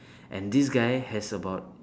and this guy has about